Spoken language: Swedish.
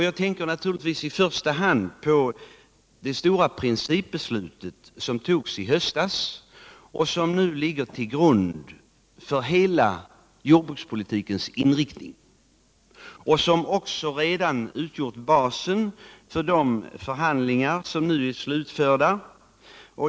Jag tänker naturligtvis i första hand på det stora principbeslutet som fattades i höstas och som nu ligger till grund för hela jordbrukspolitikens inriktning och som också redan har utgjort basen för de förhandlingar som nu är slutförda.